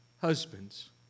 Husbands